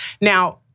Now